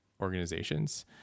organizations